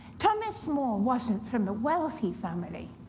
thomas more wasn't from a wealthy family,